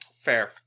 Fair